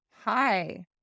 Hi